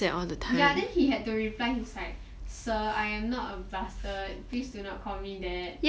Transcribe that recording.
ya then he had to reply he's like sir I am not a bastard please do not call me that